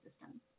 system